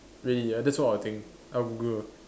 really that's what I think I Google